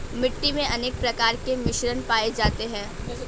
मिट्टी मे अनेक प्रकार के मिश्रण पाये जाते है